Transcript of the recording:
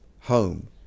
home